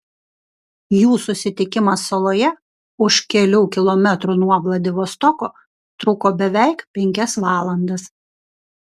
jų susitikimas saloje už kelių kilometrų nuo vladivostoko truko beveik penkias valandas